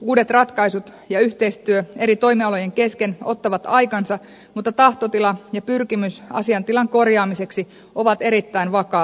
uudet ratkaisut ja yhteistyö eri toimialojen kesken ottavat aikansa mutta tahtotila ja pyrkimys asiaintilan korjaamiseksi ovat erittäin vakaat ja varmat